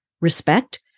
respect